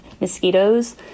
mosquitoes